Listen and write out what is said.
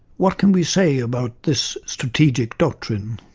what can we say about this strategic doctrine?